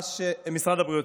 משרד הבריאות,